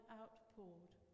outpoured